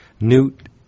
Newt